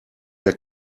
der